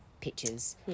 pictures